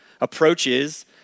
approaches